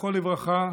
זכרו לברכה,